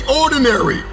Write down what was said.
ordinary